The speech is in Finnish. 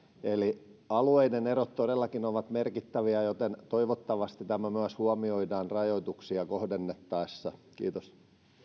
eli alueiden erot todellakin ovat merkittäviä joten toivottavasti tämä myös huomioidaan rajoituksia kohdennettaessa kiitos